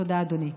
תודה, אדוני.